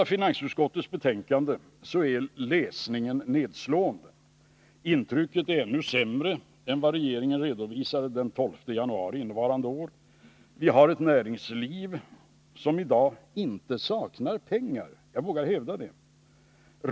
Finansutskottets betänkande är en nedslående läsning. Utvecklingen är ännu sämre än vad regeringen redovisade den 12 januari i år. Vi har trots detta ett näringsliv som i dag inte saknar pengar, det vågar jag hävda.